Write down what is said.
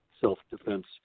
self-defense